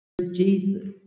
Jesus